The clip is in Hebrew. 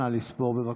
נא לספור, בבקשה.